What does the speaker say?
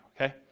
okay